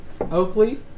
Oakley